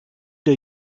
der